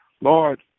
Lord